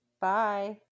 Bye